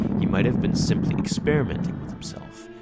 he might have been simply experimenting with himself.